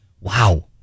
Wow